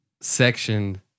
section